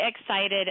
excited